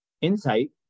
insight